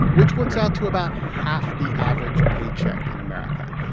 which works out to about half the average paycheck in america,